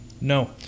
No